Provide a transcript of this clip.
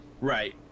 right